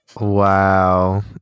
Wow